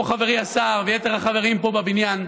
כמו חברי השר ויתר החברים פה בבניין,